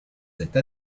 cette